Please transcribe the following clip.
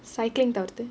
cycling தவிர்த்து:thavirthu